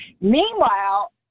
Meanwhile